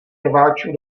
rváčů